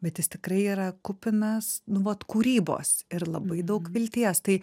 bet jis tikrai yra kupinas nu vat kūrybos ir labai daug vilties tai